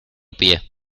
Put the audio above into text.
pie